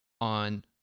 on